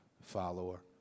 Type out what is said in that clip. follower